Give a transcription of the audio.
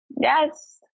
Yes